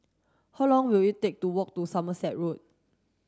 how long will it take to walk to Somerset Road